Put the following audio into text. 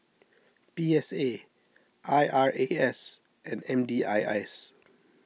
P S A I R A S and M D I S